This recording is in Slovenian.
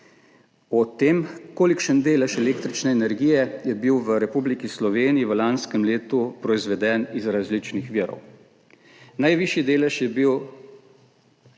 o tem, kolikšen delež električne energije je bil v Republiki Sloveniji v lanskem letu proizveden iz različnih virov. Najvišji delež je bil